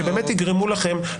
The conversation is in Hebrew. שיגרמו לכם,